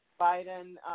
Biden